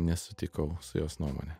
nesutikau su jos nuomone